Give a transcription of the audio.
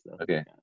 okay